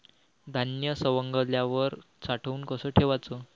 धान्य सवंगल्यावर साठवून कस ठेवाच?